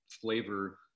flavor